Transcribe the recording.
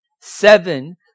seven